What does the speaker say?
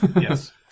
Yes